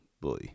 boy